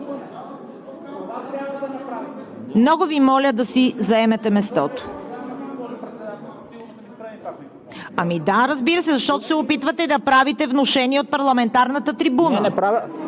Моля да си заемете мястото! Да, разбира се, защото се опитвате да правите внушения от парламентарната трибуна…